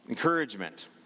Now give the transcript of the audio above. Encouragement